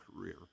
career